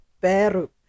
Peru